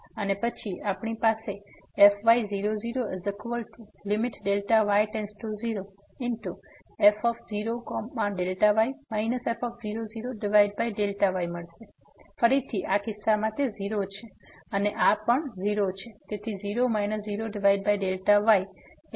અને પછી અમારી પાસે છે fy0 0f0Δy f00Δy તેથી ફરીથી આ કિસ્સામાં તે 0 છે અને આ 0 પણ છે તેથી 0 0Δy